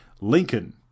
Lincoln